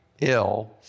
ill